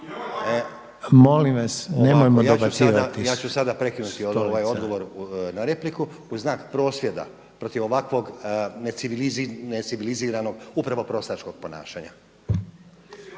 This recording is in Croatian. Molim vas nemojmo dobacivati./ … ja ću sada prekinuti ovaj odgovor na repliku u znak prosvjeda protiv ovakvog neciviliziranog upravo prostačkog ponašanja.